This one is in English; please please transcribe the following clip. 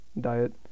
diet